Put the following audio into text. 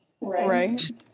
Right